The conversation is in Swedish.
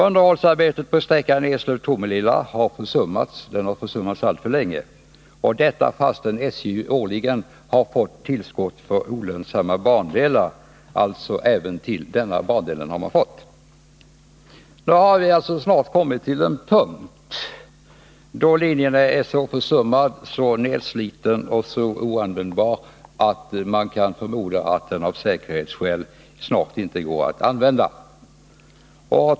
Underhållsarbetet på sträckan Eslöv-Tomelilla har försummats alltför länge — och detta fastän SJ årligen fått tillskott för olönsamma bandelar, alltså även för denna bandel. Nu har vi snart kommit till en punkt då linjen är så försummad och nedsliten att man kan förmoda att den av säkerhetsskäl snart inte är användbar.